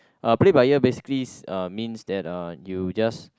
uh play by ear basically uh means that uh you just